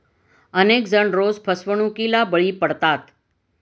अनेक जण रोज फसवणुकीला बळी पडतात